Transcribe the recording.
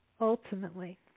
ultimately